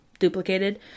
Duplicated